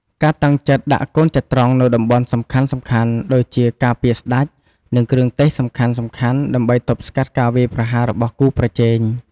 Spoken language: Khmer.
ការតាំងចិត្តដាក់កូនចត្រង្គនៅតំបន់សំខាន់ៗ ដូចជាការពារស្ដេច និងគ្រឿងទេសសំខាន់ៗ ដើម្បីទប់ស្កាត់ការវាយប្រហាររបស់គូប្រជែង។